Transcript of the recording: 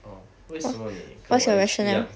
哦为什么你跟我一样